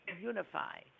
unify